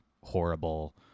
horrible